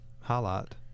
highlight